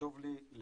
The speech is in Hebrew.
חשוב לי לציין,